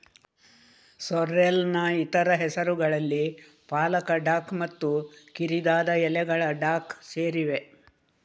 ಸೋರ್ರೆಲ್ನ ಇತರ ಹೆಸರುಗಳಲ್ಲಿ ಪಾಲಕ ಡಾಕ್ ಮತ್ತು ಕಿರಿದಾದ ಎಲೆಗಳ ಡಾಕ್ ಸೇರಿವೆ